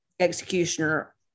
executioner